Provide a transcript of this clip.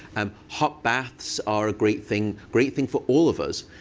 um hot baths are a great thing great thing for all of us.